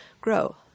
grow